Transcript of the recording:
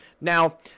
Now